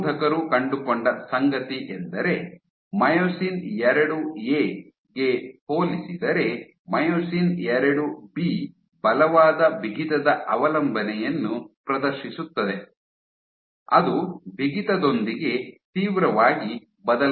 ಸಂಶೋಧಕರು ಕಂಡುಕೊಂಡ ಸಂಗತಿಯೆಂದರೆ ಮಯೋಸಿನ್ IIA ಗೆ ಹೋಲಿಸಿದರೆ ಮೈಯೋಸಿನ್ IIB ಬಲವಾದ ಬಿಗಿತದ ಅವಲಂಬನೆಯನ್ನು ಪ್ರದರ್ಶಿಸುತ್ತದೆ ಅದು ಬಿಗಿತದೊಂದಿಗೆ ತೀವ್ರವಾಗಿ ಬದಲಾಗುವುದಿಲ್ಲ